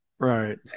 right